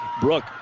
Brooke